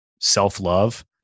self-love